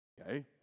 Okay